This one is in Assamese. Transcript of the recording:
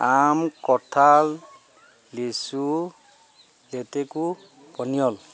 আম কঁঠাল লিচু লেটেকু পনিয়ল